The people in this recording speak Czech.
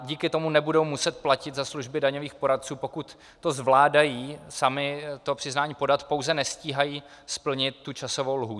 Díky tomu nebudou muset platit za služby daňových poradců, pokud to zvládají sami to daňové přiznání podat, pouze nestíhají splnit tu časovou lhůtu.